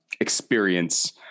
experience